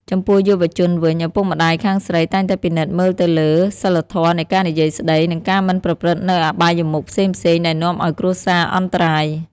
ចំពោះយុវជនវិញ ឪពុកម្ដាយខាងស្រីតែងតែពិនិត្យមើលទៅលើ "សីលធម៌នៃការនិយាយស្តី" និងការមិនប្រព្រឹត្តនូវអបាយមុខផ្សេងៗដែលនាំឱ្យគ្រួសារអន្តរាយ។